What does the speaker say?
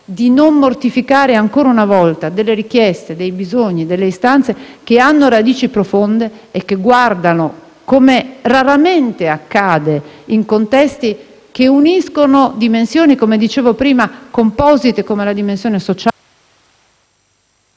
di non mortificare ancora una volta delle richieste, dei bisogni e delle istanze che hanno radici profonde e che guardano al futuro, come raramente accade, in contesti che uniscono dimensioni composite come la dimensione sociale,